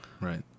right